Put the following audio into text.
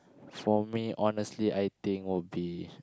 for me honestly I think would be